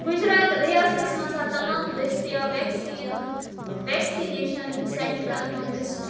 گُجرات ریاستس منٛز ہاو تمام دٔستیاب وٮ۪کسیٖن وٮ۪کسِنیشَن سٮ۪نٛٹَرن ہُنٛد لِسٹ